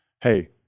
Hey